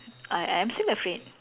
I I'm still afraid